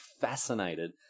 fascinated